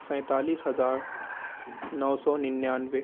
سینتالیس ہزار نو سو ننانوے